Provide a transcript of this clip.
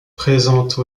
présentent